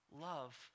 Love